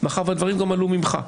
הדברים גם עלו ממך.